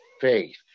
faith